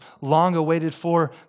long-awaited-for